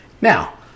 Now